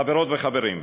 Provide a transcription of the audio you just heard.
חברות וחברים,